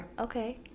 Okay